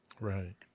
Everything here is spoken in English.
Right